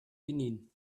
benin